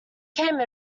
came